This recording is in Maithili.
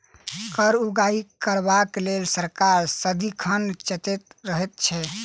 कर उगाही करबाक लेल सरकार सदिखन सचेत रहैत छै